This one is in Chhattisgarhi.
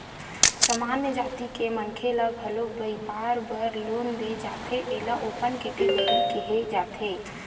सामान्य जाति के मनखे ल घलो बइपार बर लोन दे जाथे एला ओपन केटेगरी केहे जाथे